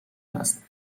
هست